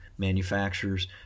manufacturers